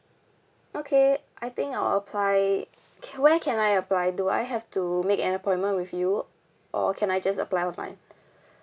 okay I think I'll apply ca~ where can I apply do I have to make an appointment with you or can I just apply online